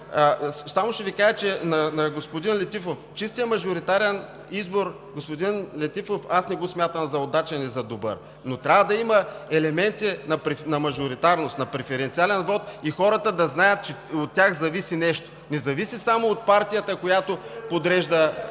че свършва времето. На господин Летифов ще кажа: чистият мажоритарен избор, господин Летифов, аз не го смятам за удачен и за добър, но трябва да има елементи на мажоритарност, на преференциален вот и хората да знаят, че от тях зависи нещо, не зависи само от партията, която подрежда